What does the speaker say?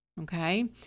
okay